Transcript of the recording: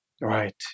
Right